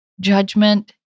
Judgment